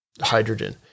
hydrogen